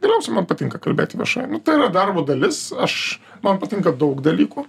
galiausiai man patinka kalbėti viešai tai yra darbo dalis aš man patinka daug dalykų